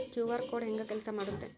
QR code ಹೆಂಗ ಕೆಲಸ ಮಾಡುತ್ತೆ?